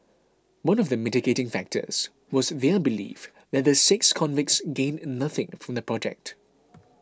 one of the mitigating factors was their belief that the six convicts gained nothing from the project